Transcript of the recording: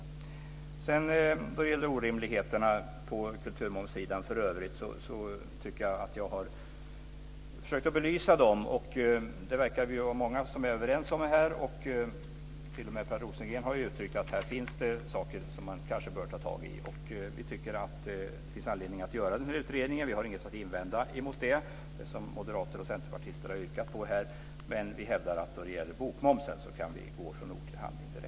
Jag har försökt att belysa orimligheterna på kulturmomssidan i övrigt. Det verkar som att vi är många som är överens om det. T.o.m. Per Rosengren har här uttryckt att det kanske finns saker som man bör ta tag i. Vi tycker att det finns anledning att göra utredningen. Vi har ingenting att invända mot det som moderater och centerpartister här har yrkat på. Men vi hävdar att när det gäller bokmomsen kan vi direkt gå från ord till handling.